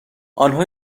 آنها